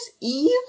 eve